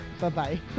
Bye-bye